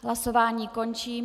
Hlasování končím.